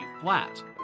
flat